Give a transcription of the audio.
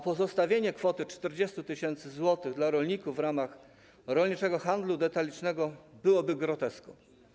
Pozostawienie kwoty 40 tys. zł dla rolników w ramach rolniczego handlu detalicznego byłoby groteską.